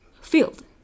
field